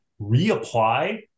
reapply